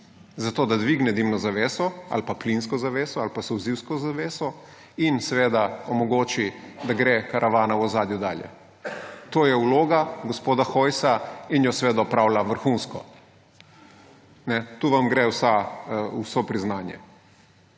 Zato da dvigne dimno zaveso, ali pa plinsko zaveso, ali pa solzivsko zaveso in seveda omogoči, da gre karavana v ozadju dalje. To je vloga gospoda Hojsa in jo seveda opravlja vrhunsko. Tu vam gre vso priznanje.